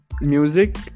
music